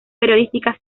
periodísticas